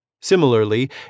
Similarly